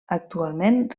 actualment